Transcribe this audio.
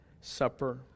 Supper